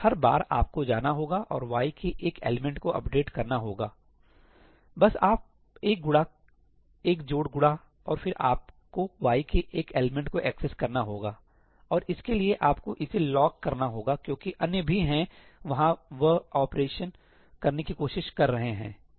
हर बार आपको जाना होगा और y के एक एलिमेंट को अपडेट करना होगा बस आप एक गुणा एक जोड़ गुणा और फिर आपको y के एक एलिमेंट को एक्सेसकरना होगा और इसके लिए आपको इसे लॉक करना होगा क्योंकि अन्य भी हैं वहाँ पर ऑपरेशन करने की कोशिश कर रहे हैं